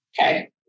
Okay